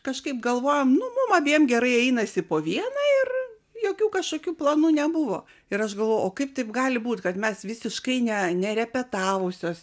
kažkaip galvojom nu mum abiem gerai einasi po vieną ir jokių kažkokių planų nebuvo ir aš galvo o kaip taip gali būt kad mes visiškai ne ne repetavusios